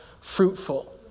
fruitful